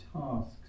tasks